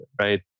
right